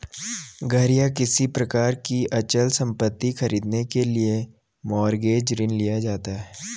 घर या किसी प्रकार की अचल संपत्ति खरीदने के लिए मॉरगेज ऋण लिया जाता है